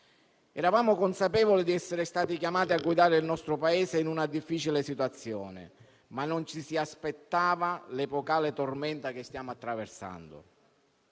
Eravamo consapevoli di essere stati chiamati a guidare il nostro Paese in una difficile situazione, ma non ci si aspettava l'epocale tormenta che stiamo attraversando.